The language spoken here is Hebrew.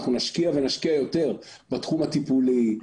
אנחנו נשקיע ונשקיע יותר בתלום הטיפולי,